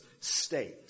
state